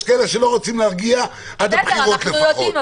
יש כאלה שלא רוצים להרגיע עד הבחירות לפחות,